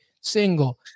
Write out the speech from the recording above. single